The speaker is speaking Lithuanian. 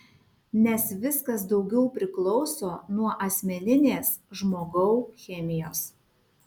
nes viskas daugiau priklauso nuo asmeninės žmogau chemijos